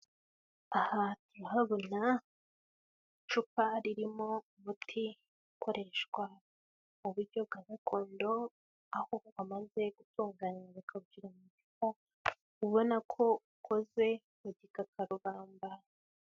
Aha ndahabona icupa ririmo umuti ukoreshwa mu buryo bwa gakondo, aho uwo bamaze gutunganya bawushyira mu gikombe. Ubona ko ukozwe mu gikakarubamba.